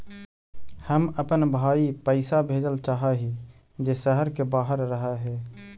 हम अपन भाई पैसा भेजल चाह हीं जे शहर के बाहर रह हे